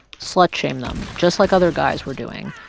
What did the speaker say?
slut shame them, just like other guys were doing.